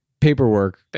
paperwork